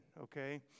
okay